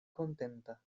kontenta